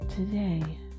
today